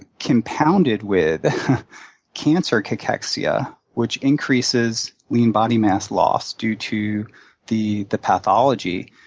ah compounded with cancer cachexia, which increases lean body mass loss due to the the pathology,